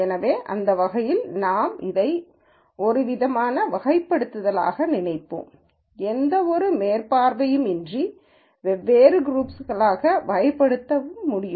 எனவே அந்த வகையில் நாம் இதை ஒருவித வகைப்படுத்தலாக நினைப்போம் எந்தவொரு மேற்பார்வையுமின்றி வெவ்வேறு குரூப்ஸ் களாக வகைப்படுத்தப்படுவதையும் முடியும்